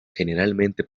generalmente